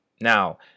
Now